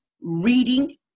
reading